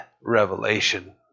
Revelation